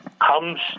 comes